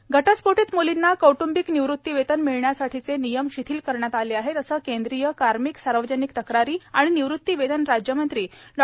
निवृत्ती वेतन घटस्फोटित म्लींना कौट्ंबिक निवृत्तीवेतन मिळण्यासाठीचे नियम शिथिल करण्यात आलेले आहेत असे केंद्रीय कार्मिक सार्वजनिक तक्रारी आणि निवृत्ती वेतन राज्यमंत्री डॉ